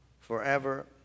forever